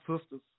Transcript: sisters